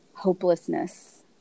Hopelessness